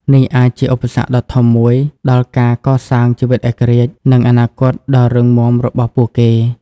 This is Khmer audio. នេះអាចជាឧបសគ្គដ៏ធំមួយដល់ការកសាងជីវិតឯករាជ្យ និងអនាគតដ៏រឹងមាំរបស់ពួកគេ។